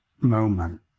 moment